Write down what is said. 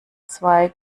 zwei